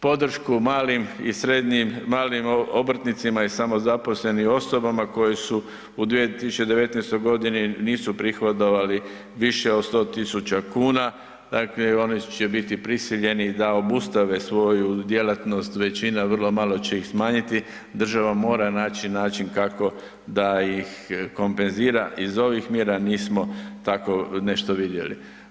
Podršku malim i srednjim, malim obrtnicima i samozaposlenim osobama koje su u 2019.g. nisu prihodovali više od 100.000,00 kn, dakle oni će biti prisiljeni da obustave svoju djelatnost, većina, vrlo malo će ih smanjiti, država mora naći način kako da ih kompenzira, iz ovih mjera nismo tako nešto vidjeli.